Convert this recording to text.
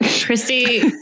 Christy